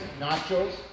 nachos